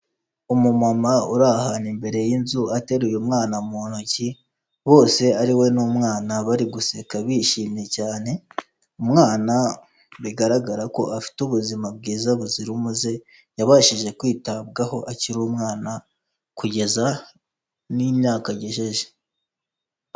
Umumama uri ahantu imbere y'inzu ateruye umwana mu ntoki; bose ari we n'umwana bari guseka bishimye cyane. Umwana bigaragara ko afite ubuzima bwiza buzira umuze, yabashije kwitabwaho akiri umwana kugeza n'imyaka agejeje.